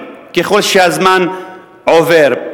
ככל שהזמן עובר.